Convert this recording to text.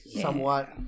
somewhat